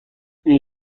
این